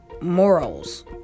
morals